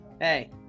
hey